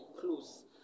close